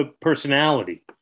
personality